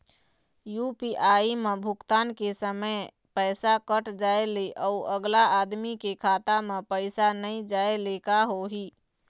UPI म भुगतान के समय पैसा कट जाय ले, अउ अगला आदमी के खाता म पैसा नई जाय ले का होही?